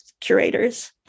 curators